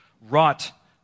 wrought